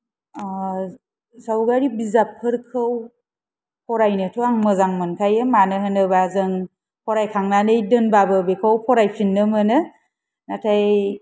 सावगारि बिजाबफोरखौ फरायनोथ' आं मोजां मोनखायो मानो होनोब्ला जों फरायखांनानै दोनब्लाबो बेखौ फरायफिननो मोनो नाथाय